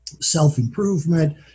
self-improvement